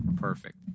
perfect